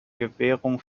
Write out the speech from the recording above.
gewährung